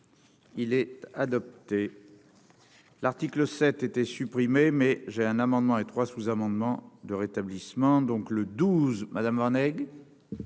il est adopté. L'article 7 été supprimée mais j'ai un amendement et 3 sous-amendements de rétablissement donc le 12 Madame Voynet.